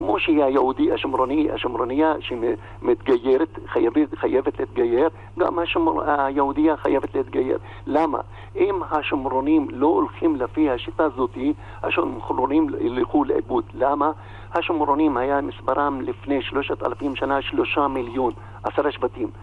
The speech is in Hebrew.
כמו שהיהודי השמרוני, השמרוניה שמתגיירת, חייבת להתגייר, גם היהודיה חייבת להתגייר. למה? אם השמרונים לא הולכים לפי השיטה הזאתי, השמרונים ילכו לאיבוד. למה? השמרונים, היה מספרם לפני 3,000 שנה 3 מיליון, עשרה שבטים.